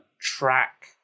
track